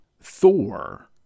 Thor